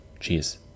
Cheers